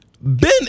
Ben